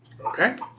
Okay